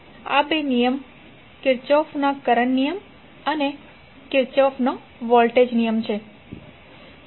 આ બે નિયમ કિર્ચોફનો કરંટ નિયમ અને કિર્ચોફનો વોલ્ટેજ નિયમ છે